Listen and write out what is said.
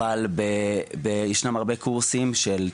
אבל ישנם הרבה קורסים של תכנות,